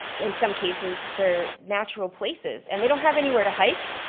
in some cases, their natural places, and they don't have anywhere to hike.